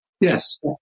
Yes